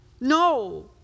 No